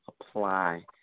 apply